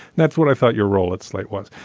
that's what i felt your role at slate was.